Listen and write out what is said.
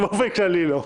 באופן כללי לא...